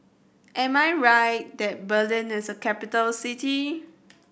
am I right that Berlin is a capital city